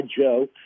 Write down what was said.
Joe